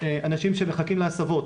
אנשים שמחכים להסבות